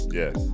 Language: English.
yes